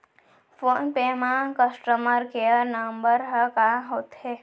Phone पे म customer care number ह का होथे?